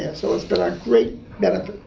and so it's been a great benefit.